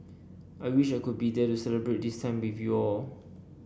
I wish I could be there to celebrate this time with you all